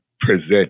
present